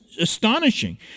astonishing